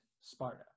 Sparta